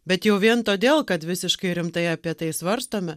bet jau vien todėl kad visiškai rimtai apie tai svarstome